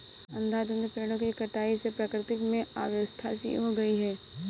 अंधाधुंध पेड़ों की कटाई से प्रकृति में अव्यवस्था सी हो गई है